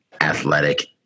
athletic